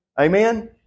Amen